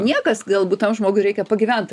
niekas galbūt tam žmogui reikia pagyvent